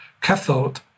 cathode